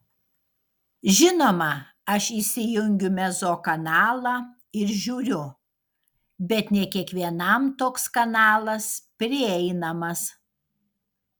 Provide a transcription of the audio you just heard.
žinoma aš įsijungiu mezzo kanalą ir žiūriu bet ne kiekvienam toks kanalas prieinamas